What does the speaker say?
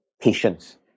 patience